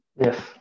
Yes